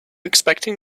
expecting